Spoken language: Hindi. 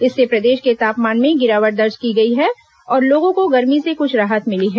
इससे प्रदेश के तापमान में गिरावट दर्ज की गई और लोगों को गर्मी से कुछ राहत मिली है